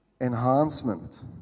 enhancement